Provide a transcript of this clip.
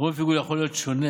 חומר פיגול יכול להיות שונה.